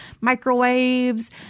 microwaves